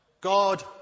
God